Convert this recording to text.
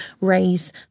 raise